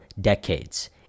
decades